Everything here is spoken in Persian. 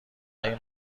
این